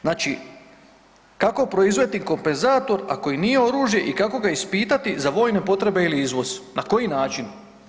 Znači kako proizvesti kompenzator, a koji nije oružje i kako ga ispitati za vojne potrebe ili izvoz, na koji način?